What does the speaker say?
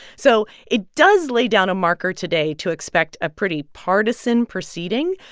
so it does lay down a marker today to expect a pretty partisan proceeding.